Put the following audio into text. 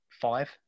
five